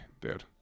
dude